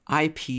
IP